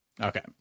Okay